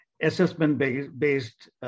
assessment-based